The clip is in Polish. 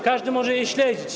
Każdy może je śledzić.